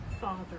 Father